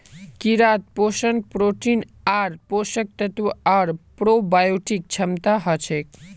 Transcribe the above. कीड़ात पोषण प्रोटीन आर पोषक तत्व आर प्रोबायोटिक क्षमता हछेक